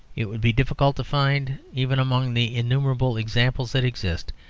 it would be difficult to find, even among the innumerable examples that exist,